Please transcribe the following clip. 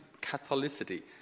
Catholicity